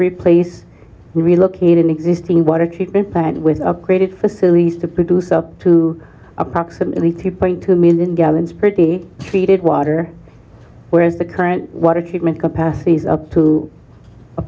replace relocate an existing water treatment plant with upgraded facilities to produce up to approximately three point two million gallons pretty treated water whereas the current water treatment capacity is up to a